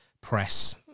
press